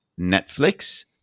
Netflix